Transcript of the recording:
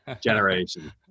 generation